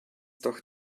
doch